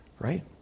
right